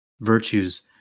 virtues